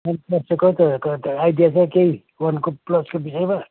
one plus चाहिँ idea छ केही वानको प्लसको विषयमा